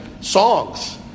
songs